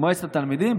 מועצת התלמידים,